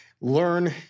learn